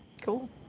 Cool